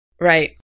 Right